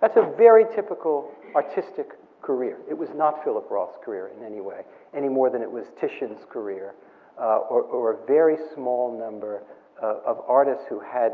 that's a very typical artistic career. it was not philip roth's career in any way any more than it was titian's career or or a very small number of artists who had